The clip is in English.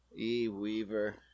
E-Weaver